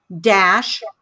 dash